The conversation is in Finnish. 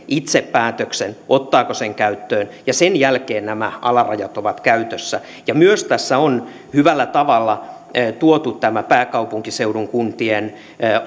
itse päätöksen ottaako sen käyttöön ja sen jälkeen nämä alarajat ovat käytössä tässä on myös hyvällä tavalla tuotu pääkaupunkiseudun kuntien